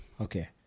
Okay